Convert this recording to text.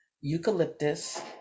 eucalyptus